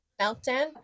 meltdown